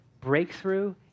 breakthrough